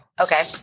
Okay